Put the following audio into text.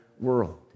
world